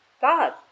God